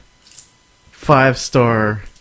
five-star